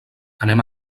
anem